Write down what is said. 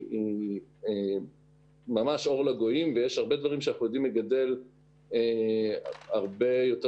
היא ממש אור לגויים ויש הרבה דברים שאנחנו יודעים לגדל הרבה יותר